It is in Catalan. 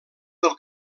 del